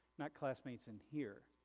not classmates in here,